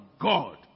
God